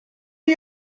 are